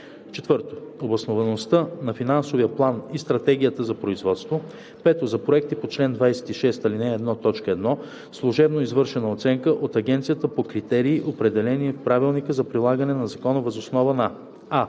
4. обосноваността на финансовия план и стратегията за производство; 5. за проекти по чл. 26, ал. 1, т. 1 служебно извършена оценка от агенцията по критерии, определени в правилника за прилагане на закона, въз основа на: